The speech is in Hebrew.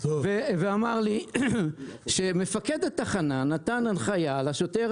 ואמר לי שמפקד התחנה נתן הנחיה לשוטר